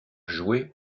joué